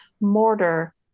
Mortar